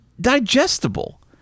digestible